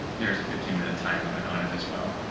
there is a fifteen minute time limit on it as well.